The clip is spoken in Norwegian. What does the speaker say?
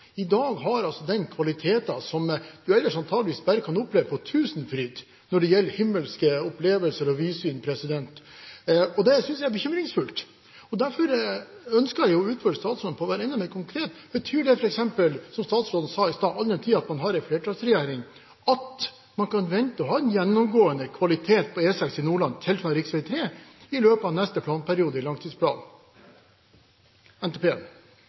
I dag har den kvaliteter som man ellers antakeligvis bare kan oppleve på Tusenfryd når det gjelder himmelske opplevelser og vidsyn. Det synes jeg er bekymringsfullt. Derfor ønsker jeg å utfordre statsråden på å være enda mer konkret: Betyr det f.eks., som statsråden sa i stad, all den tid man har en flertallsregjering, at man kan vente å ha en gjennomgående kvalitet på E6 i Nordland tilsvarende rv. 3 i løpet av neste planperiode i